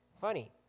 Funny